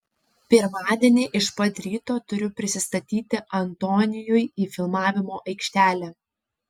pirmadienį iš pat ryto turiu prisistatyti antonijui į filmavimo aikštelę